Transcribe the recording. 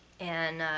and ah,